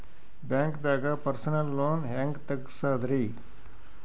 ಬ್ಯಾಂಕ್ದಾಗ personal loan ಹೆಂಗ್ ತಗ್ಸದ್ರಿ?